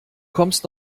kommst